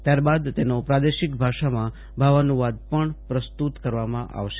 ત્યારબાદ તેનો પ્રાદેશિક ભાષામાં ભાવાનુવાદ પણ પ્રસ્તુત કરવામાં આવશે